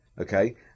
okay